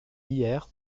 hier